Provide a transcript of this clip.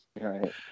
right